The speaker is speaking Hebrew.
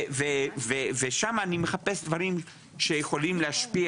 ושם אני מחפש דברים שיכולים להשפיע